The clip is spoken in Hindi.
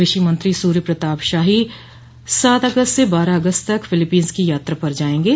कृषि मंत्री सूर्य प्रताप शाही सात अगस्त से बारह अगस्त तक फिलिपींस की यात्रा पर जायेंगे